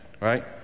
right